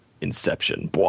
Inception